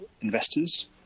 investors